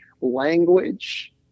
language